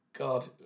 God